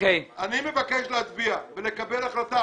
אני מבקש להצביע ולקבל החלטה.